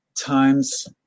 times